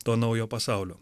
to naujo pasaulio